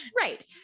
Right